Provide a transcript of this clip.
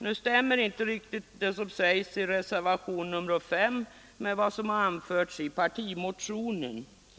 Nu stämmer inte riktigt det som sägs i reservationen 5 med vad som har anförts i partimotionen.